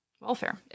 Welfare